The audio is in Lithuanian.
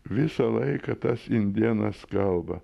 visą laiką tas indėnas kalba